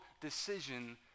decision